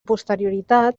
posterioritat